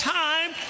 time